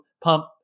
pump